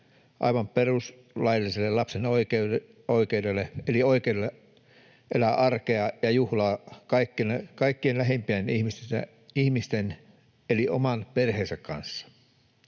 aivan perustuslailliselle lapsen oikeudelle eli oikeudelle elää arkea ja juhlaa kaikkein lähimpien ihmisten eli oman perheensä kanssa.